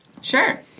Sure